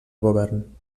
govern